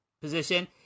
position